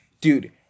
Dude